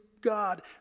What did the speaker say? God